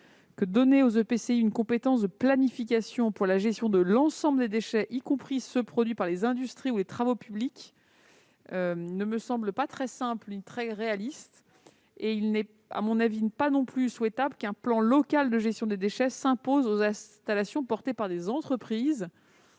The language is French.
donner aux EPCI une compétence de planification pour la gestion de l'ensemble des déchets, y compris ceux produits par les industries ou les travaux publics, ne me semble ni simple ni réaliste. Il n'est, à mon avis, pas non plus souhaitable d'imposer un plan local de gestion des déchets aux installations portées par des entreprises.